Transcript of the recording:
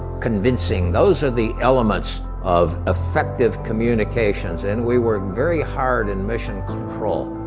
convincing. those are the elements of effective communications. and we worked very hard in mission control.